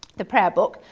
the prayer book.